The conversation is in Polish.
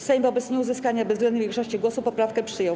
Sejm wobec nieuzyskania bezwzględnej większości głosów poprawkę przyjął.